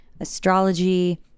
astrology